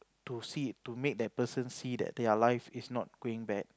to see to make that person see that their life is not going bad